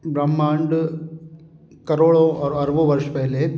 ब्रह्मांड करोड़ों और अरबों वर्ष पहले